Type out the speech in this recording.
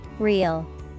Real